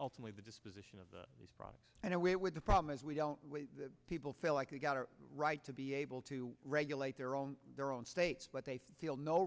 ultimately the disposition of these products and where would the problem is we don't people feel like we've got a right to be able to regulate their own their own state but they feel no